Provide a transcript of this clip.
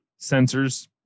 sensors